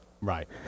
Right